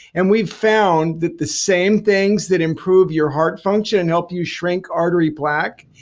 and we've found that the same things that improve your heart function and help you shrink artery plaque,